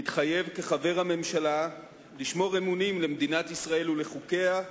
מתחייב כחבר הממשלה לשמור אמונים למדינת ישראל ולחוקיה,